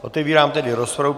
Otevírám tedy rozpravu.